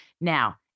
Now